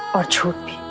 a trick